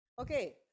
Okay